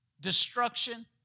destruction